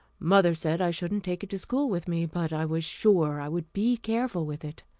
mother said i shouldn't take it to school with me, but i was sure i would be careful with it.